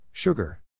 Sugar